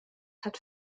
hat